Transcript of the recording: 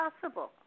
possible